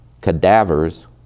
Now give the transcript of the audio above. cadavers